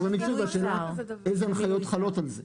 זה מינוי שיש שאלה אילו הנחיות חלות עליו.